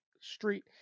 street